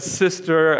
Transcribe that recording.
sister